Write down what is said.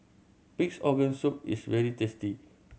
Pig's Organ Soup is very tasty